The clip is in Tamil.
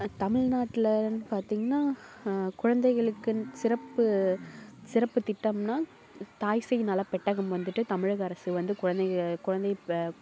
தமிழ் நாட்லேனு பார்த்தீங்கனா குழந்தைகளுக்குன்னு சிறப்பு சிறப்பு திட்டம்னா தாய் சேய் நல பெட்டகம் வந்துட்டு தமிழக அரசு வந்து குழந்தைங்க குழந்த பே